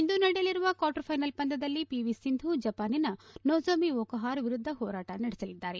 ಇಂದು ನಡೆಯಲಿರುವ quarter final ಪಂದ್ಯದಲ್ಲಿ PV Sindhu ಜಪಾನಿನ ನೊಜೊಮಿ ಓಕುಹಾರ ವಿರುದ್ಧ ಹೋರಾಟ ನಡೆಸಲಿದ್ದಾರೆ